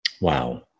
wow